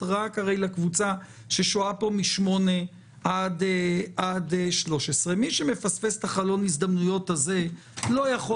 ה ששוהה פה מ-8 עד 13 ומי שמפספס את חלון הזדמנויות הזה לא יכול